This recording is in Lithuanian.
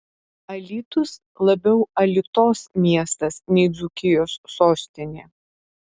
alytus labiau alitos miestas nei dzūkijos sostinė